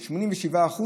87%,